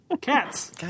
Cats